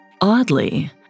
Oddly